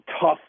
tough